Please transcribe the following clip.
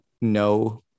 no